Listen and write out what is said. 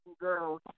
girls